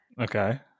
okay